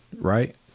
right